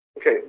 Okay